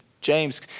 James